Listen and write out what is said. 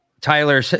Tyler